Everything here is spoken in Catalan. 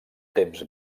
temps